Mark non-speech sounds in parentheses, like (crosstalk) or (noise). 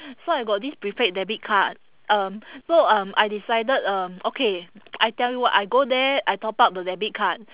so I got this prepaid debit card um so um I decided um okay (noise) I tell you what I go there I top up the debit card